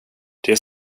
det